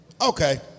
Okay